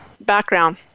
background